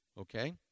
Okay